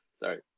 Sorry